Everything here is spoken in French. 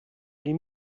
les